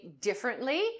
differently